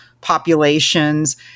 populations